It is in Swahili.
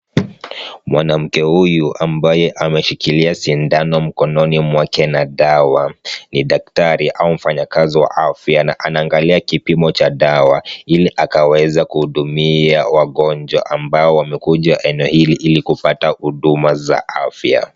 Mwanamke huyu ambaye ameshikilia sindano mkononi mwake na dawa, ni daktari au mfanyakazi wa afya na anaangalia kipimo cha dawa ili akaweze kuhudumia wagonjwa ambao wamekuja eneo hili ili kupata huduma za afya.